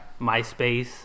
MySpace